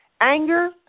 Anger